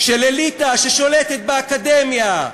של אליטה ששולטת באקדמיה,